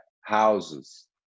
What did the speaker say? houses